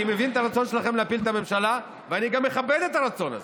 אני מבין את הרצון שלכם להפיל את הממשלה ואני גם מכבד את הרצון הזה.